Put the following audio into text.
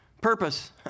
purpose